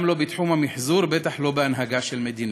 גם לא בתחום המִחזור, בטח לא בהנהגה של מדינה.